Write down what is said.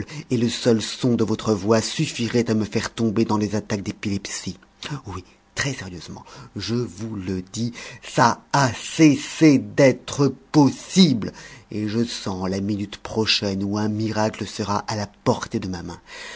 et le seul son de votre voix suffirait à me faire tomber dans des attaques d'épilepsie oui très sérieusement je vous le dis ça à cessé d'être possible et je sens la minute prochaine où un miracle sera à la portée de ma main